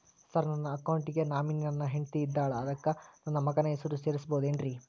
Sir ನನ್ನ account ಗೆ nominee ನನ್ನ ಹೆಂಡ್ತಿ ಇದ್ದಾಳ ಅದಕ್ಕ ನನ್ನ ಮಗನ ಹೆಸರು ಸೇರಸಬಹುದೇನ್ರಿ?